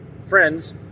friends